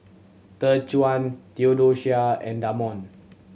Dejuan Theodosia and Damond